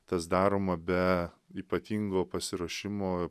tas daroma be ypatingo pasiruošimo